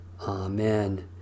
Amen